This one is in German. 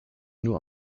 nur